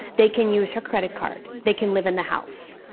they can use her credit card, they can live in the house,